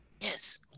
Yes